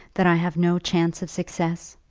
that i have no chance of success?